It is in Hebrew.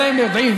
את זה הם יודעים.